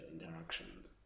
interactions